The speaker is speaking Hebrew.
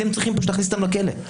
אתם צריכים פשוט להכניס אותם לכלא,